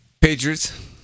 Patriots